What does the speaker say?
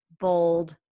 bold